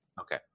Okay